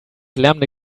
lärmende